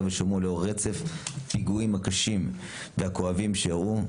ושומרון לאור רצף פיגועים הקשים והכואבים שאירעו.